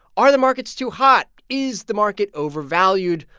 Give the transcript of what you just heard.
are the markets too hot? is the market overvalued?